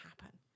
happen